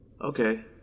Okay